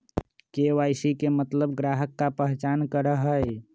KYC के मतलब ग्राहक का पहचान करहई?